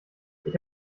ich